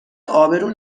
ابرو